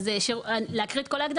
אז להקריא את כל ההגדרה?